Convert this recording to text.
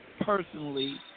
personally